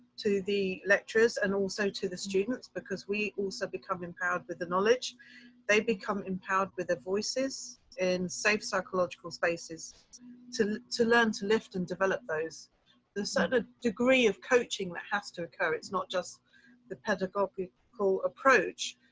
to the lectures and also to the students. because we also become empowered with the knowledge they become empowered with the voices in safe psychological spaces to to learn, to lift and develop those the sort of degree of coaching that has to occur. it's not just the pedagogical approach,